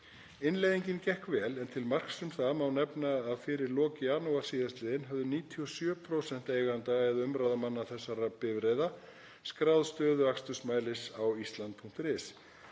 Innleiðingin gekk vel en til marks um það má nefna að fyrir lok janúar síðastliðinn höfðu 97% eigenda eða umráðamanna þessara bifreiða skráð stöðu akstursmælis á Ísland.is.